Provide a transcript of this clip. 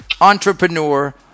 entrepreneur